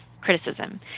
criticism